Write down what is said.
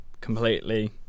completely